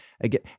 again